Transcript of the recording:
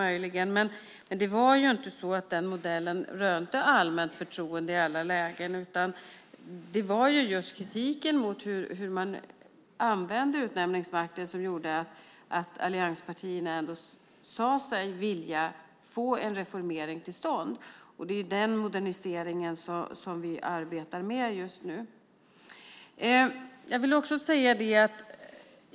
Men den modellen rönte inte allmänt förtroende i alla lägen. Det var kritiken mot hur man använde utnämningsmakten som gjorde att vi allianspartier sade oss vilja få en reformering till stånd, och det är den moderniseringen som vi arbetar med just nu.